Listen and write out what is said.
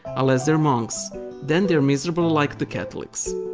unless they're monks then they're miserable like the catholics.